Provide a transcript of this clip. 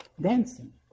dancing